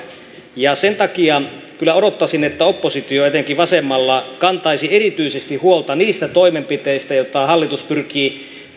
sen takia kyllä odottaisin että oppositio etenkin vasemmalla kantaisi erityisesti huolta niistä toimenpiteistä joita hallitus pyrkii